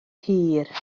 hir